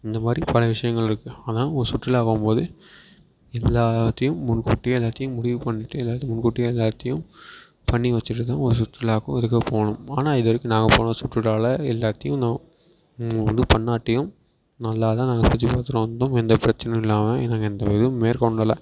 இந்தமாதிரி பல விஷயங்கள் இருக்குது அதனால ஒரு சுற்றுலா போகும்போது எல்லாத்தையும் முன்கூட்டியே எல்லாத்தையும் முடிவு பண்ணிவிட்டு எல்லாத்தையும் முன்கூட்டியே எல்லாத்தையும் பண்ணி வச்சுட்டுதான் ஒரு சுற்றுலாவுக்கோ எதுக்கோ போகணும் ஆனால் இதுவரைக்கும் நாங்கள் போன சுற்றுலாவிலே எல்லாத்தையும் ஒன்றும் பண்ணாட்டியும் நல்லா தான் நாங்கள் சுற்றி பார்த்துட்டு வந்தோம் எந்த பிரச்சினையும் இல்லாம மேற்கொள்ளலை